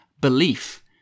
belief